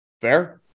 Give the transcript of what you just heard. Fair